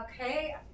Okay